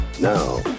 Now